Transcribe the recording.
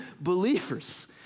believers